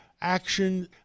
action